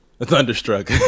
Thunderstruck